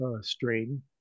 strain